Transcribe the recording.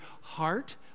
heart